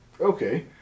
Okay